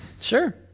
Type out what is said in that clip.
Sure